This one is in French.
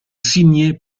signé